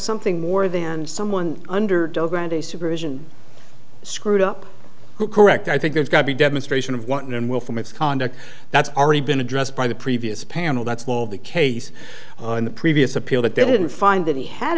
something more than someone under the supervision screwed up to correct i think there's got to be demonstration of wanton and willful misconduct that's already been addressed by the previous panel that's the case in the previous appeal that they didn't find that he had